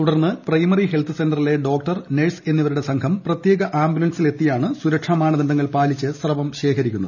തുടർന്ന് primary health സെന്ററിലെ doctor nurse എന്നിവരുടെ സംഘം പ്രത്യേക ആംബുലൻസിലെത്തി സുരക്ഷാ മാനദണ്ഡങ്ങൾ പാലിച്ച് സ്രവം ശേഖരിക്കും